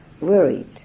worried